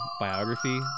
biography